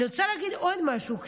אני רוצה להגיד עוד משהו.